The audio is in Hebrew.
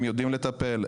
הם יודעים לטפל,